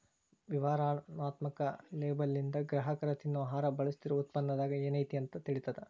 ವಿವರಣಾತ್ಮಕ ಲೇಬಲ್ಲಿಂದ ಗ್ರಾಹಕರ ತಿನ್ನೊ ಆಹಾರ ಬಳಸ್ತಿರೋ ಉತ್ಪನ್ನದಾಗ ಏನೈತಿ ಅಂತ ತಿಳಿತದ